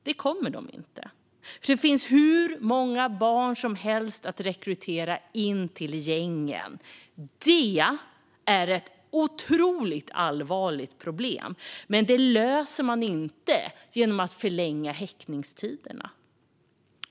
Det kommer de inte, för det finns hur många barn som helst att rekrytera in till gängen. Detta är ett otroligt allvarligt problem, men det löser man inte genom att förlänga häktningstiderna.